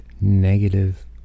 negative